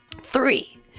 Three